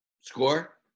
Score